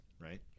right